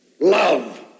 love